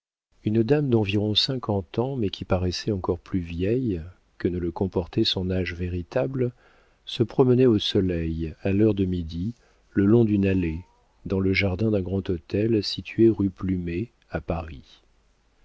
une dame d'environ cinquante ans mais qui paraissait encore plus vieille que ne le comportait son âge véritable se promenait au soleil à l'heure de midi le long d'une allée dans le jardin d'un grand hôtel situé rue plumet à paris